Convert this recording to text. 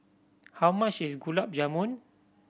how much is Gulab Jamun